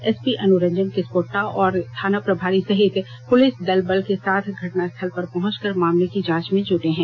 SP Anuranjan Kispotta और थाना प्रभारी सहित पुलिस दल बल के साथ घटना स्थल पर पहुँचकर मामले कि जांच में जूटे हैं